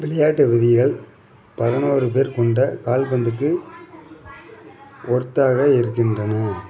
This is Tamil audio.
விளையாட்டு விதிகள் பதினொரு பேர் கொண்ட கால்பந்துக்கு ஓர்த்தாக இருக்கின்றன